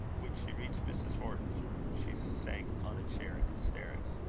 when she reached mrs. horton's room, she sank on a chair in hysterics.